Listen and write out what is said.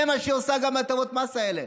זה מה שהיא עושה גם בהטבות המס האלה.